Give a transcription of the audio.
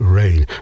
rain